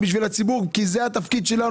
הציבור, זה התפקיד שלנו.